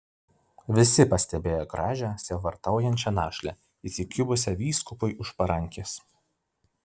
visi pastebėjo gražią sielvartaujančią našlę įsikibusią vyskupui už parankės